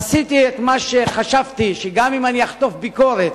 עשיתי את מה שחשבתי, שגם אם אחטוף ביקורת,